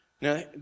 Now